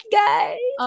guys